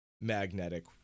Magnetic